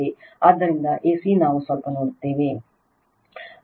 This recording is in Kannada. ಆದ್ದರಿಂದ ಎ ಸಿ ನಾವು ಸ್ವಲ್ಪ ನೋಡುತ್ತೇವೆ